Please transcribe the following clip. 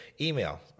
email